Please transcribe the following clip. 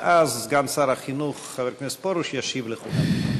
ואז סגן שר החינוך חבר הכנסת פרוש ישיב לכולם.